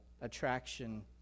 attraction